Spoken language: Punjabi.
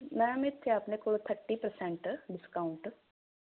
ਮੈਮ ਇੱਥੇ ਆਪਣੇ ਕੋਲ ਥਰਟੀ ਪ੍ਰਸੈਂਟ ਡਿਸਕਾਊਂਟ